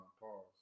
pause